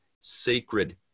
sacred